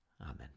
Amen